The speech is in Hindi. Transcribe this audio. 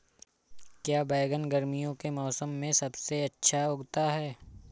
क्या बैगन गर्मियों के मौसम में सबसे अच्छा उगता है?